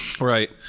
Right